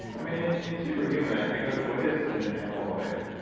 i mean in in super human i go into what is an amyloid.